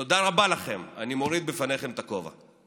תודה רבה לכם, אני מוריד בפניכם את הכובע.